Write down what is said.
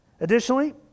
Additionally